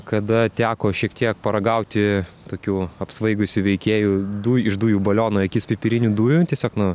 kada teko šiek tiek paragauti tokių apsvaigusių veikėjų du iš dujų baliono akis pipirinių dujų tiesiog nu